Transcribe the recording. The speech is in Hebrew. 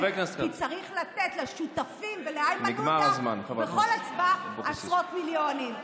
כי צריך לתת לשותפים ולאיימן עודה בכל הצבעה עשרות מיליונים.